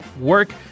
work